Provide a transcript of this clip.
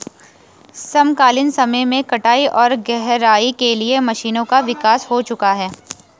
समकालीन समय में कटाई और गहराई के लिए मशीनों का विकास हो चुका है